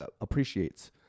appreciates